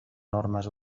normes